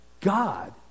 God